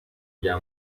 bya